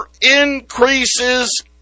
increases